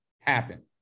happen